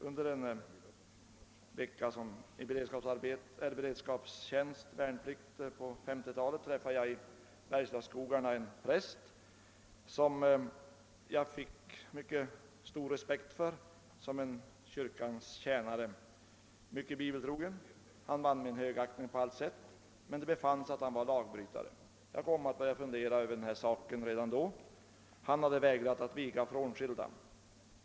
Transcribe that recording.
Under en veckas beredskapstjänst som värnpliktig på 1950 talet träffade jag i Bergslagsskogarna en präst, som jag fick mycket stor respekt för i hans egenskap av kyrkans tjänare. Han var mycket bibeltrogen och vann min högaktning på allt sätt, men det visade sig att han var lagbrytare. Jag kom redan då att börja fundera över den fråga jag nu tagit upp. Prästen hade nämligen vägrat att viga frånskilda.